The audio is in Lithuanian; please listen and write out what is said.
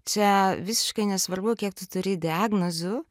čia visiškai nesvarbu kiek tu turi diagnozių